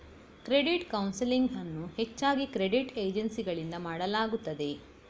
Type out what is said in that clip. credit counselling ಅನ್ನು ಹೆಚ್ಚಾಗಿ credit ಏಜೆನ್ಸಿಗಳಿಂದ ಮಾಡಲಾಗುತ್ತದೆ